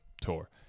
tour